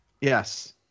Yes